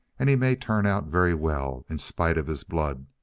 and he may turn out very well in spite of his blood.